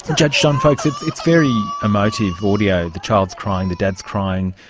judge john faulks, it's it's very emotive audio, the child is crying, the dad is crying,